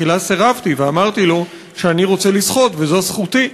בתחילה סירבתי ואמרתי לו שאני רוצה לשחות וזו זכותי,